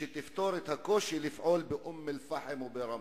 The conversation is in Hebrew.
שתפתור את הקושי לפעול באום-אל-פחם וברמלה.